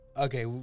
Okay